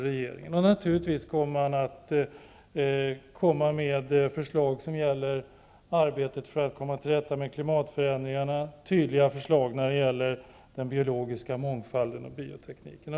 Regeringen kommer naturligtvis att lämna förslag som gäller arbetet att komma till rätta med klimatförändringarna och tydliga förslag när det gäller mångfalden och biotekniken.